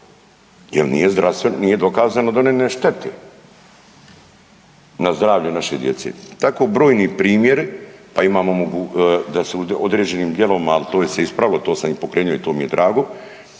jer nije dokazano da one ne štete na zdravlje naše djece. Tako brojni primjeri. Pa imamo da se u određenim dijelovima, ali to se ispravilo to sam i pokrenuo i to mi je drago